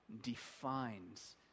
defines